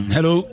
Hello